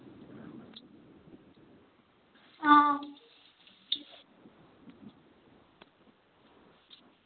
हां